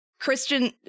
Christian